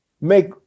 make